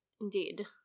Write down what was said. Indeed